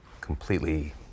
completely